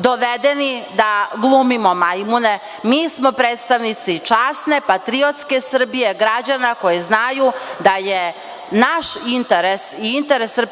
dovedeni da glumimo majmune. Mi smo predstavnici časne, patriotske Srbije, građana koji znaju da je naš interes i interes SRS